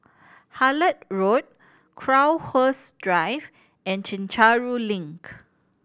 Hullet Road Crowhurst Drive and Chencharu Link